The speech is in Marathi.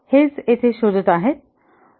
हेच येथे शोधत आहेत